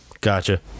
Gotcha